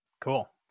Cool